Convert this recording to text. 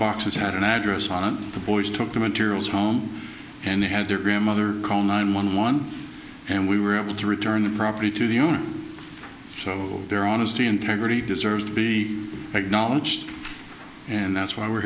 boxes had an address on it the boys took the materials home and had their grandmother call nine one one and we were able to return the property to the owner so their honesty integrity deserves to be a good knowledge and that's why we're